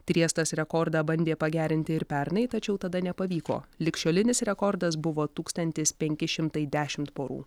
triestas rekordą bandė pagerinti ir pernai tačiau tada nepavyko ligšiolinis rekordas buvo tūkstantis penki šimtai dešimt porų